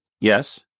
Yes